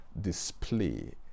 display